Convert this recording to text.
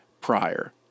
prior